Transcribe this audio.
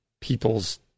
people's